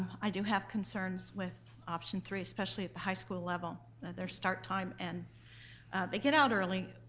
i do have concerns with option three, especially at the high school level. their start time and they get out early,